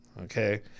okay